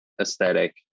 aesthetic